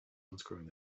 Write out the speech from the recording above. unscrewing